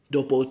Dopo